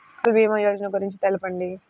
అటల్ భీమా యోజన గురించి తెలుపండి?